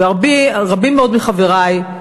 ורבים מאוד מחברי,